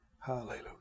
Hallelujah